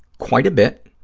quite a bit,